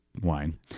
wine